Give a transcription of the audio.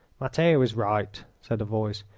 matteo is right, said a voice.